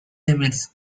limits